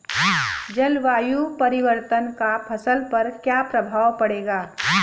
जलवायु परिवर्तन का फसल पर क्या प्रभाव पड़ेगा?